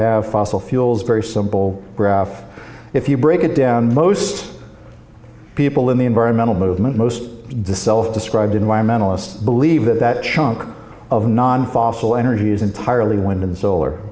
have fossil fuels very simple graph if you break it down most people in the environmental movement most of the self described environmentalist believe that that chunk of non fossil energy is entirely wind and solar